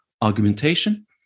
argumentation